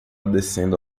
descendo